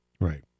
Right